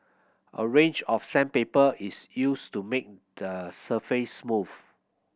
a range of sandpaper is used to make the surface smooth